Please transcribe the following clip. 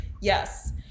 Yes